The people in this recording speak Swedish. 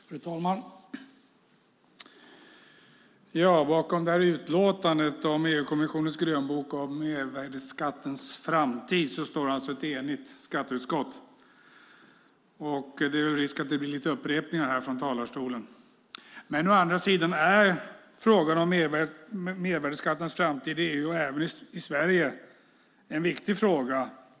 Fru talman! Bakom detta utlåtande om EU-kommissionens grönbok om mervärdesskattens framtid står alltså ett enigt skatteutskott, så risken finns att det blir lite upprepningar här från talarstolen. Å andra sidan är frågan om mervärdesskatternas framtid i EU och även i Sverige en viktig fråga.